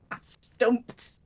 Stumped